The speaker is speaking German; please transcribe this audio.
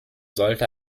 sollte